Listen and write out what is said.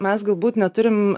mes galbūt neturim